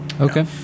Okay